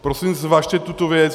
Prosím zvažte tuto věc.